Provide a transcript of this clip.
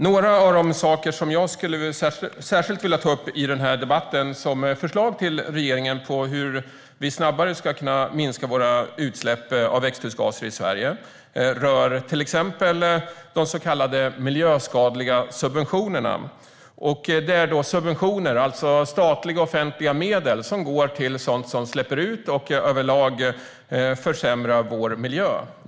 Några av de saker som jag särskilt skulle vilja ta upp i denna debatt som förslag till regeringen på hur vi snabbare ska kunna minska våra utsläpp av växthusgaser i Sverige rör till exempel de så kallade miljöskadliga subventionerna. Det är subventioner - statliga, offentliga medel - som går till sådant som släpper ut och överlag försämrar vår miljö.